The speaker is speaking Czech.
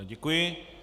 Děkuji.